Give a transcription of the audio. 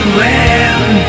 land